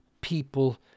people